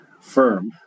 firm